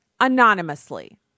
anonymously